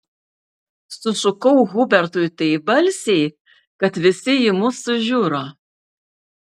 sušukau hubertui taip balsiai kad visi į mus sužiuro